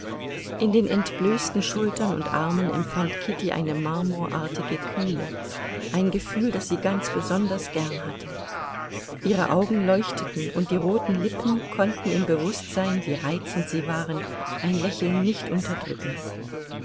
in den entblößten schultern und armen empfand kitty eine marmorartige kühle ein gefühl das sie ganz besonders gern hatte ihre augen leuchteten und die roten lippen konnten im bewußtsein wie reizend sie waren ein lächeln nicht unterdrücken